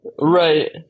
Right